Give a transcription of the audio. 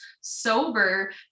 sober